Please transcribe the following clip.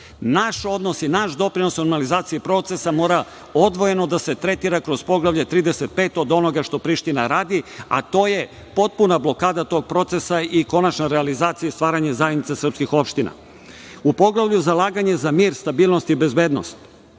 Naš odnos i naš doprinos u normalizaciji procesa mora odvojeno da se tretira kroz Poglavlje 35, od onoga što Priština radi, a to je potpuna blokada tog procesa i konačna realizacija i stvaranje zajednica srpskih opština.U Poglavlju – Zalaganje za mir, stabilnost i bezbednost,